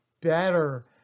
better